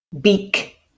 Beak